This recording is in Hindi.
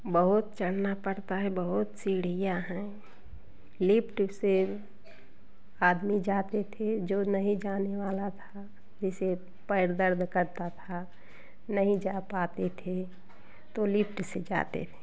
बहुत चढ़ना पड़ता है बहुत सीढ़ियाँ हैं लिप्ट से आदमी जाते थे जो नहीं जाने वाला था जैसे पैर दर्द करता था नहीं जा पाते थे तो लिफ़्ट से जाते थे